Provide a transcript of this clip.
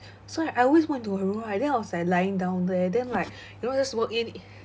so I always walk into her room right then I was like lying down there then like you know I just walk in